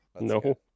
No